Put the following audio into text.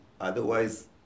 otherwise